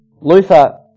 Luther